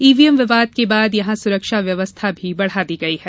EVM विवाद के बाद यहां सुरक्षा व्यवस्था भी बढ़ा दी गई है